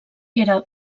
era